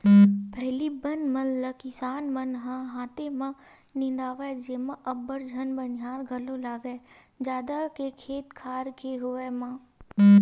पहिली बन मन ल किसान मन ह हाथे म निंदवाए जेमा अब्बड़ झन बनिहार घलोक लागय जादा के खेत खार के होय म